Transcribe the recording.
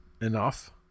enough